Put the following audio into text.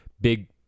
big